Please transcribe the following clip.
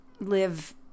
live